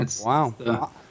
Wow